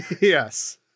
Yes